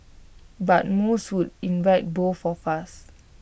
but most would invite both of us